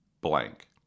blank